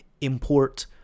import